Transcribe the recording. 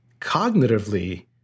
cognitively